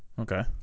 Okay